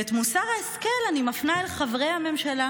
ואת מוסר ההשכל אני מפנה אל חברי הממשלה,